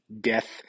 death